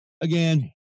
Again